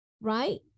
right